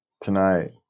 tonight